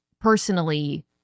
personally